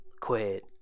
quit